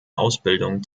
ausbildung